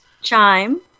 chime